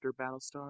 Battlestar